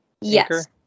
Yes